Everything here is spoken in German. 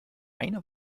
einer